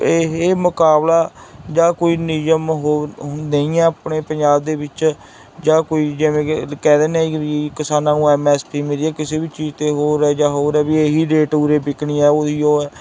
ਇਹ ਮੁਕਾਬਲਾ ਜਾਂ ਕੋਈ ਨਿਯਮ ਹੋਰ ਹੁੰਦੇ ਹੀ ਆ ਆਪਣੇ ਪੰਜਾਬ ਦੇ ਵਿੱਚ ਜਾਂ ਕੋਈ ਜਿਵੇਂ ਕਿ ਕਹਿ ਦਿੰਦੇ ਹਾਂ ਕਿ ਵੀ ਕਿਸਾਨਾਂ ਨੂੰ ਐਮ ਐਸ ਪੀ ਮਿਲੇ ਕਿਸੇ ਵੀ ਚੀਜ਼ 'ਤੇ ਹੋਰ ਹੈ ਜਾਂ ਹੋਰ ਵੀ ਇਹੀ ਰੇਟ ਉਰੇ ਵਿਕਣੀ ਹੈ ਉਹੀ ਆ